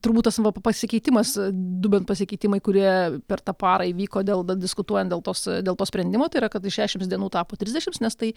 turbūt tas va pasikeitimas du bent pasikeitimai kurie per tą parą įvyko dėl bediskutuojant dėl tos dėl to sprendimo tai yra kad iš šešiasdešimt dienų tapo trisdešimt nes tai